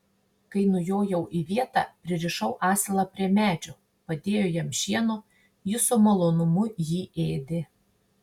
kai nujojau į vietą pririšau asilą prie medžio padėjau jam šieno jis su malonumu jį ėdė